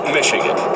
Michigan